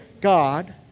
God